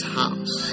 house